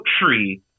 tree